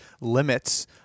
limits